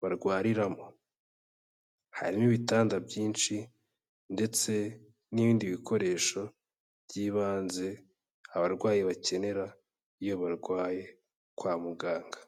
barwariramo, harimo ibitanda byinshi ndetse n'ibindi bikoresho by'ibanze abarwayi bakenera iyo barwaye kwa muganga.